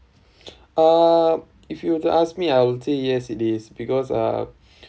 uh if you were to ask me I will say yes it is because uh